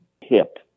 hip